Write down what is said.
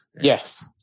Yes